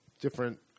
different